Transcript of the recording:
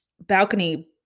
balcony